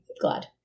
glad